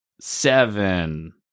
seven